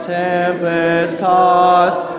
tempest-tossed